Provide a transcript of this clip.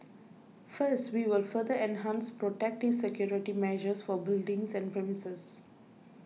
first we will further enhance protective security measures for buildings and premises